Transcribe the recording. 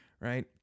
right